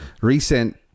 recent